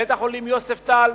בית-החולים "יוספטל"